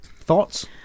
Thoughts